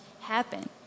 happen